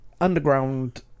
underground